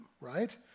right